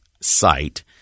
site